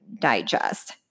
digest